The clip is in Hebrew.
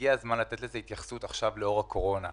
הגיע הזמן לתת לזה התייחסות לאור הקורונה.